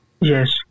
Yes